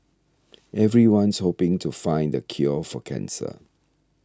everyone's hoping to find the cure for cancer